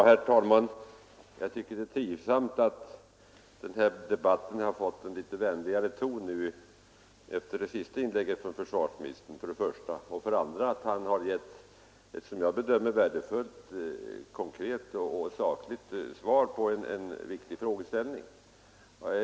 Herr talman! Jag tycker det är trivsamt för det första att den här debatten har fått en något vänligare ton efter det sista inlägget av försvarsministern och för det andra att försvarsministern har givit ett såsom jag bedömer det värdefullt, konkret och sakligt svar på en riktig frågeställning.